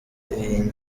iyi